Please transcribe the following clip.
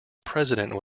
president